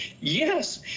yes